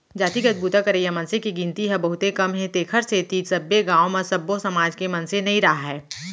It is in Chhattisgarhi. जातिगत बूता करइया मनसे के गिनती ह बहुते कम हे तेखर सेती सब्बे गाँव म सब्बो समाज के मनसे नइ राहय